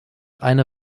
eine